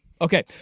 Okay